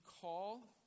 call